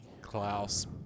Klaus